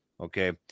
Okay